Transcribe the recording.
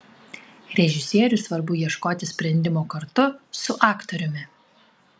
režisieriui svarbu ieškoti sprendimo kartu su aktoriumi